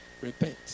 repent